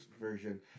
version